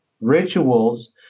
rituals